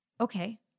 okay